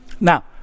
Now